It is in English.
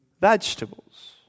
vegetables